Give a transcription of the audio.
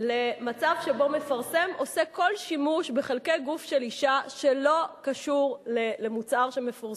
למצב שבו מפרסם עושה כל שימוש בחלקי גוף של אשה שלא קשור למוצר שמפורסם.